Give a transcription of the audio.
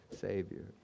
Savior